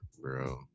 bro